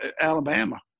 Alabama